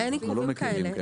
אין עיכובים כאלה.